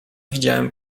widziałem